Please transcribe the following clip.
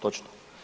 Točno?